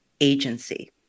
agency